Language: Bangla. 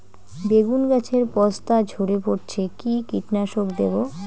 বেগুন গাছের পস্তা ঝরে পড়ছে কি কীটনাশক দেব?